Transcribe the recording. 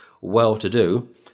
well-to-do